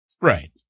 Right